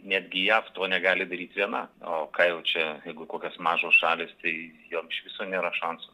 netgi jav to negali daryti viena o ką jau čia jeigu kokios mažos šalys tai joms iš viso nėra šansų